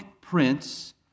prince